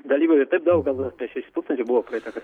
dalyvių ir taip daug gal apie šeši tūkstančiai buvo praeitą kart